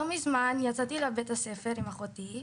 לא מזמן יצאתי לבית הספר עם אחותי.